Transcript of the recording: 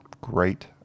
great